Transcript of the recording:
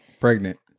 Pregnant